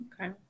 okay